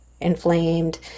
inflamed